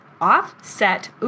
offset